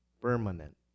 permanent